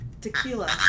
tequila